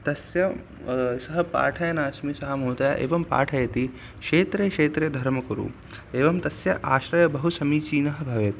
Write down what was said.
तस्य सः पाठयनास्मि सः महोदय एवं पाठयति क्षेत्रे क्षेत्रे धर्मकुरु एवं तस्य आशयं बहु समीचीनः भवेत्